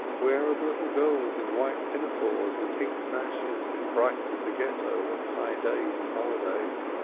where are the little girls in white pinafores with pink sashes who brightened the ghetto on high days and holidays?